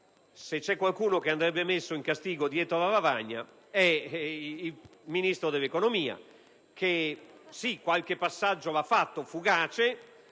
se c'è qualcuno che andrebbe messo in castigo dietro alla lavagna è il Ministro dell'economia che, sì, qualche fugace passaggio l'ha fatto, ma